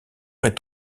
est